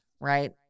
right